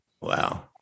Wow